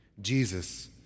Jesus